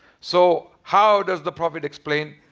so how does the prophet explain?